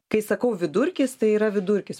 kai sakau vidurkis tai yra vidurkis